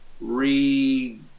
re